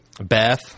Beth